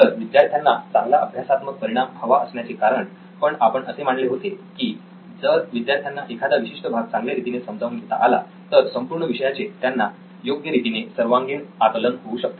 तर विद्यार्थ्यांना चांगला अभ्यासात्मक परिणाम हवा असण्याचे कारण पण आपण असे मांडले होते की जर विद्यार्थ्यांना एखादा विशिष्ट भाग चांगल्या रीतीने समजावून घेता आला तर संपूर्ण विषयाचे त्यांना योग्य रीतीने सर्वांगीण आकलन होऊ शकते